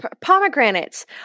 Pomegranates